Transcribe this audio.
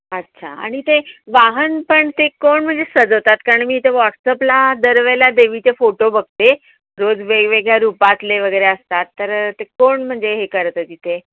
अच्छा आणि ते वाहन पण ते कोण म्हणजे सजवतात कारण मी इथे वॉट्सअपला दरवेळेला देवीचे फोटो बघते रोज वेगवेगळ्या रूपातले वगैरे असतात तर ते कोण म्हणजे हे करतं तिथे